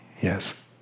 Yes